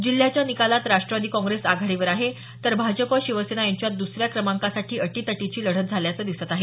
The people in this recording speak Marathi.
जिल्ह्याच्या निकालात राष्ट्रवादी काँग्रेस आघाडीवर आहे तर भाजप शिवसेना यांच्यात द्रसऱ्या क्रमांकासाठी अटीतटीची लढत झाल्याचं दिसत आहे